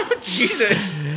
Jesus